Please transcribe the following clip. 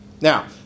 Now